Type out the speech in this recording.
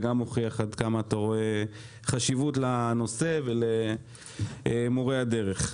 זה גם מוכיח עד כמה אתה רואה חשיבות לנושא ולמורי הדרך.